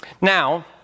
Now